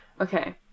Okay